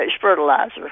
fertilizer